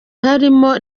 harimo